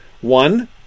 One